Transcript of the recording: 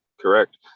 correct